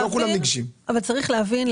צריך להבין,